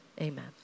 Amen